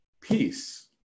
peace